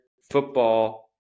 football